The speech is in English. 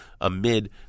amid